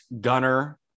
Gunner